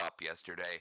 yesterday